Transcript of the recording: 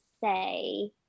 say